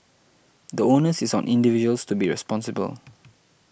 the onus is on individuals to be responsible